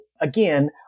again